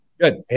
Good